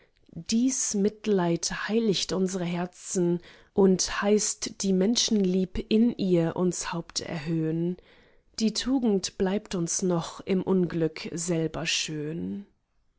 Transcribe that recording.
dies mitleid heiligt unsre herzen und heißt die menschenlieb in uns ihr haupt erhöhn die tugend bleibt uns noch im unglück selber schön